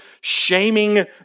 shaming